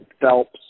Phelps